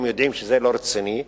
הם יודעים שזה לא רציני,